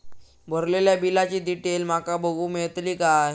भरलेल्या बिलाची डिटेल माका बघूक मेलटली की नाय?